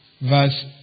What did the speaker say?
verse